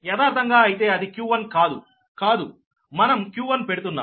యదార్ధంగా అయితే అది q1కాదు కాదు మనం q1పెడుతున్నాం